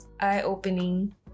eye-opening